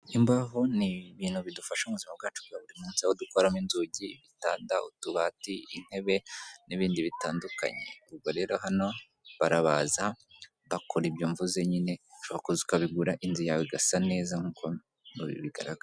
Imbaho ni ibintu bidufasha mu buzima bwacu bwa buri munsi, aho dukoramo inzugi, ibitanda, utubati, intebe, n'ibindi bitandukanye. Ubwo rero hano barabaza, bakora ibyo mvuze nyine, ushobora kuza ukabigura inzu yawe igasa neza nk'uko bigaragara.